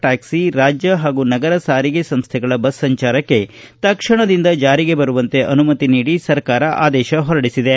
ಟ್ವಾಕ್ಲಿ ರಾಜ್ಯ ಹಾಗೂ ನಗರ ಸಾರಿಗೆ ಸಂಸ್ಥೆಗಳ ಬಸ್ ಸಂಚಾರಕ್ಕೆ ತಕ್ಷಣದಿಂದ ಜಾರಿಗೆ ಬರುವಂತೆ ಅನುಮತಿ ನೀಡಿ ಸರ್ಕಾರ ಆದೇಶ ಹೊರಡಿಸಿದೆ